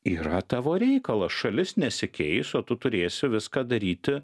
yra tavo reikalas šalis nesikeis o tu turėsi viską daryti